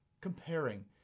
comparing